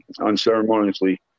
unceremoniously